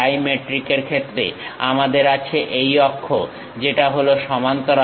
ডাইমেট্রিকের ক্ষেত্রে আমাদের আছে এই অক্ষ যেটা হলো সমান্তরাল